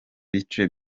bice